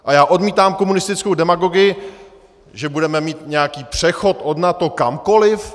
A já odmítám komunistickou demagogii, že budeme mít nějaký přechod od NATO kamkoliv.